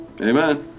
Amen